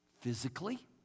physically